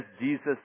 Jesus